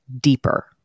deeper